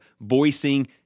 voicing